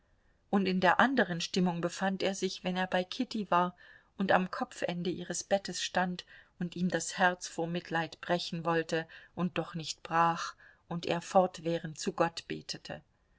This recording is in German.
und in der anderen stimmung befand er sich wenn er bei kitty war und am kopfende ihres bettes stand und ihm das herz vor mitleid brechen wollte und doch nicht brach und er fortwährend zu gott betete